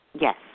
Yes